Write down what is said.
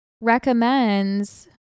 recommends